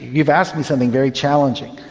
you've asked me something very challenging,